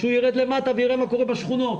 שירד למטה ויראה מה קורה בשכונות.